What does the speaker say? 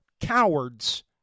cowards